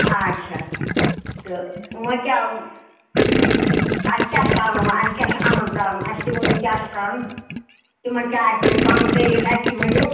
اَچھا تہٕ وۄنۍ کیاہ اَسہِ کیاہ چھُ کَرُن وۄنۍ اَسہِ کیاہ چھُ اَنُن کرُن اَسہِ تہِ ؤنِو کیاہ چھُ کرُن تِمن کیاہ آسہِ تتہِ پَنُن طٔریٖقہٕ اَسہِ تہِ ؤنِو